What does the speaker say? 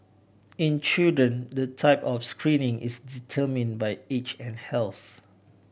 in children the type of screening is determined by age and health